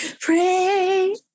pray